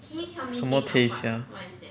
什么 taste sia